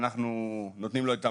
אנחנו נותנים לו את המענה.